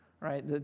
right